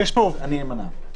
אני אמנע.